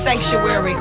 Sanctuary